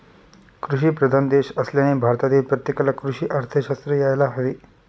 कृषीप्रधान देश असल्याने भारतातील प्रत्येकाला कृषी अर्थशास्त्र यायला हवे